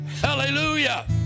hallelujah